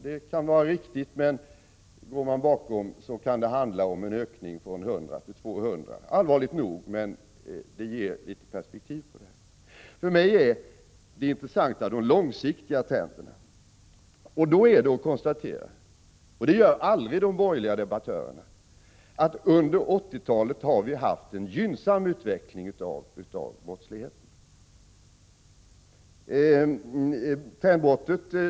Det kan vara riktigt. Men går man bakom siffrorna finner man att det kan handla om en ökning från 100 till 200. Det är allvarligt nog, men det ger också litet perspektiv på frågan. För mig är det intressanta de långsiktiga trenderna. Då är att konstatera — det gör aldrig de borgerliga debattörerna — att under 1980-talet har vi haft en gynnsam utveckling när det gäller brottsligheten.